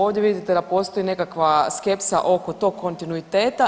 Ovdje vidite da postoji nekakva skepsa oko tog kontinuiteta.